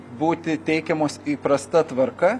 būti teikiamos įprasta tvarka